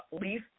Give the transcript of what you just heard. leaf